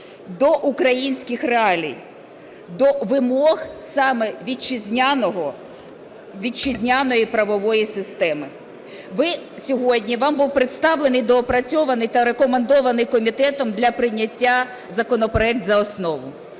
до українських реалій, до вимог саме вітчизняної правової системи. Сьогодні вам був представлений доопрацьований та рекомендований комітетом для прийняття законопроект за основу.